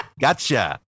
gotcha